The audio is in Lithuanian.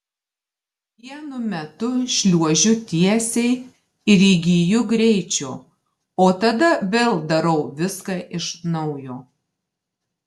vienu metu šliuožiu tiesiai ir įgyju greičio o tada vėl darau viską iš naujo